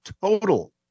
total